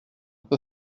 peu